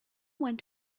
went